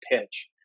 pitch